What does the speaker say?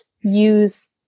use